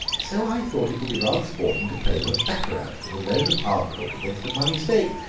so i thought it would be rather sporting to play them at baccarat for the loan of our cook against a money stake,